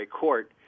court